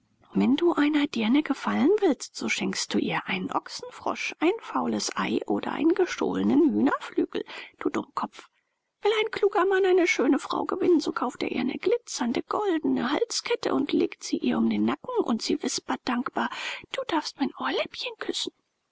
wenn du einer dirne gefallen willst so schenkst du ihr einen ochsenfrosch ein faules ei oder einen gestohlenen hühnerflügel du dummkopf will ein kluger mann eine schöne frau gewinnen so kauft er ihr eine glitzernde goldne halskette und legt sie ihr um den nacken und sie wispert dankbar du darfst mein ohrläppchen küssen